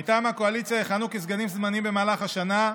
את ההסדר הבא: מטעם הקואליציה יכהנו כסגנים זמניים במהלך השנה,